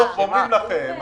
אומרים לכם: